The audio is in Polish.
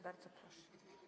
Bardzo proszę.